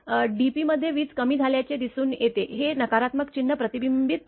dp मध्ये वीज कमी झाल्याचे दिसून येते हे नकारात्मक चिन्ह प्रतिबिंबित करते